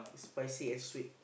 spicy and sweet